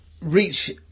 reach